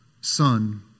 Son